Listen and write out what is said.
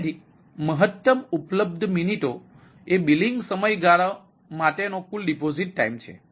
તેથી તેથી મહત્તમ ઉપલબ્ધ મિનિટો એ બિલિંગ સમયગાળા માટે નો કુલ ડિપોઝિટ ટાઇમ છે